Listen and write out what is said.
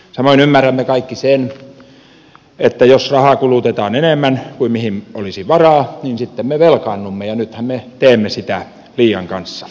samoin ymmärrämme kaikki sen että jos rahaa kulutetaan enemmän kuin mihin olisi varaa niin sitten me velkaannumme ja nythän me teemme sitä liian kanssa